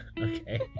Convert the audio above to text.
Okay